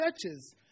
churches